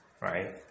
right